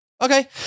Okay